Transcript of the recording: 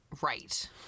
Right